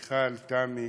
מיכל, תמי